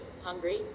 Hungry